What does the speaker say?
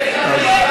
שר הקליטה,